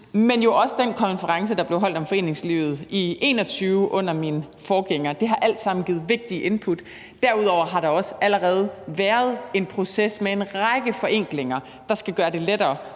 men jo også den konference, der blev holdt om foreningslivet i 2021 under min forgænger. Det har alt sammen givet vigtige input. Derudover har der også allerede været en proces med en række forenklinger, der skal gøre det lettere